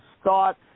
start